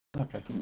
Okay